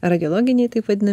radiologiniai taip vadinami